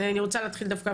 אני רוצה להתחיל דווקא,